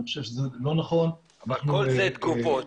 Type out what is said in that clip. כל זה תגובות,